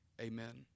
Amen